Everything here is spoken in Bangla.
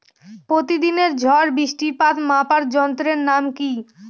প্রতিদিনের গড় বৃষ্টিপাত মাপার যন্ত্রের নাম কি?